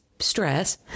stress